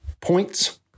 points